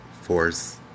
force